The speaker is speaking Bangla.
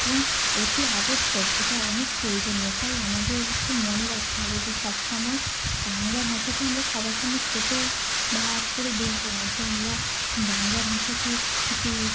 এবং অতি আবশ্যক এটা অনেক প্রয়োজনীয় তাই আমাদেরকে মনে রাখতে হবে যে সম সময় বাংলা ভাষাকে আমরা সবার সামনে ছোটো বা করে দেখবো না যে আমরা বাংলা ভাষাকে যে